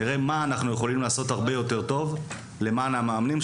נראה מה אנחנו יכולים לעשות הרבה יותר טוב למען המאמנים,